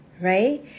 right